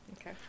Okay